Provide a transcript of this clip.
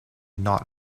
not